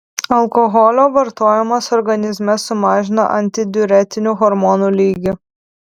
alkoholio vartojimas organizme sumažina antidiuretinių hormonų lygį